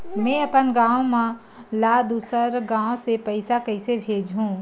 में अपन मा ला दुसर गांव से पईसा कइसे भेजहु?